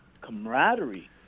camaraderie